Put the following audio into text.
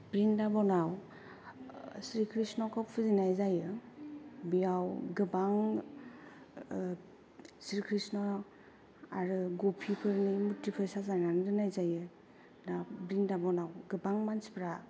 ब्रिन्दाबनाव श्री कृष्णखौ फुजिनाय जायो बेयाव गोबां श्री कृष्ण आरो गपिफोरनि मुर्तिफोर साजायनानै दोननाय जायो दा ब्रिन्दाबनाव गोबां मानसिफोरा